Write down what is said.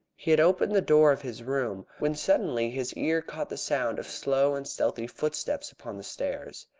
he had opened the door of his room, when suddenly his ear caught the sound of slow and stealthy footsteps upon the stairs.